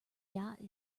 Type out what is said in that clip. yacht